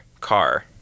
Car